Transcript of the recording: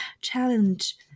challenge